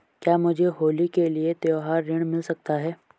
क्या मुझे होली के लिए त्यौहारी ऋण मिल सकता है?